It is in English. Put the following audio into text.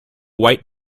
white